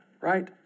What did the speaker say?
right